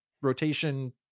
Rotation